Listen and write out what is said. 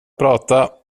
prata